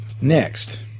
Next